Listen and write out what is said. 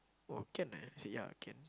oh can ah I say ya can